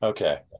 Okay